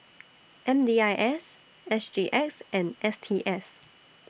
M D I S S G X and S T S